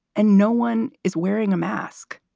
and no one is wearing a mask.